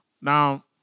Now